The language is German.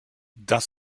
das